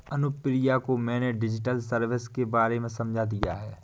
अनुप्रिया को मैंने digital service के बारे में समझा दिया है